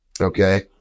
okay